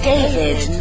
David